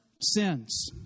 sins